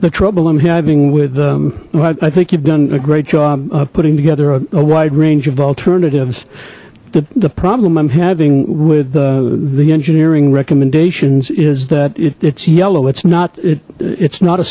the trouble i'm having with but i think you've done a great job putting together a wide range of alternatives the the problem i'm having with the engineering recommendations is that it's yellow it's not it it's not a